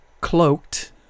cloaked